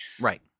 Right